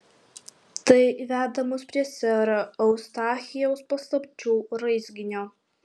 tai veda mus prie sero eustachijaus paslapčių raizginio